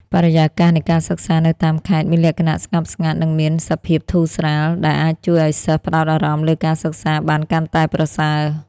បរិយាកាសនៃការសិក្សានៅតាមខេត្តមានលក្ខណៈស្ងប់ស្ងាត់និងមានសភាពធូរស្រាល ដែលអាចជួយឱ្យសិស្សផ្តោតអារម្មណ៍លើការសិក្សាបានកាន់តែប្រសើរ។